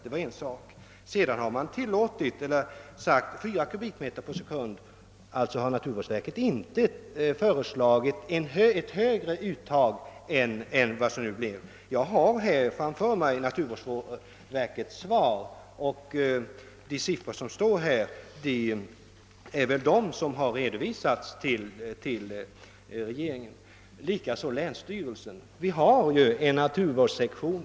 Sedan har man sagt sig acceptera ett uttag på 4 m? per sekund. Naturvårdsverket har alltså inte föreslagit ett högre uttag än vad som nu fastställts. Jag har framför mig naturvårdsverkets remissvar med de siffror som har redovisats till regeringen. Likaså har jag yttrandet från länsstyrelsen i Kronobergs län i denna fråga.